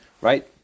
Right